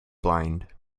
blind